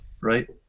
right